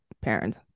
parents